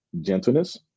gentleness